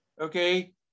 okay